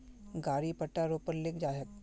गाड़ी पट्टा रो पर ले जा छेक